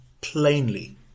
plainly